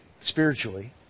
Spiritually